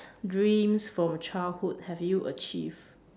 dreams from childhood have you achieve